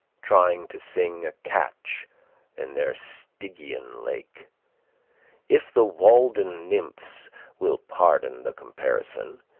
trying to sing a catch in their stygian lake if the walden nymphs will pardon the comparison,